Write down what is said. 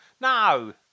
No